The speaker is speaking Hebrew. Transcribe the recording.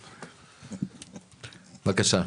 בבקשה.